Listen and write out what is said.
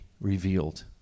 revealed